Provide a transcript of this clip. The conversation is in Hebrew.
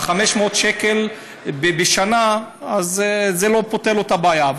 500 שקל בשנה לא פותרים לו את הבעיה.